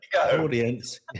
audience